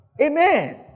Amen